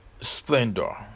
splendor